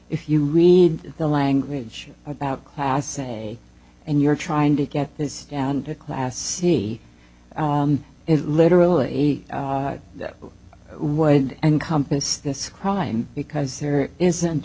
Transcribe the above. if you read the language about class a and you're trying to get this down to class c it literally that would encompass this crime because there isn't